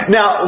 Now